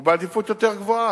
הוא בעדיפות יותר גבוהה.